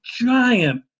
giant